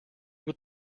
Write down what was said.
with